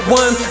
one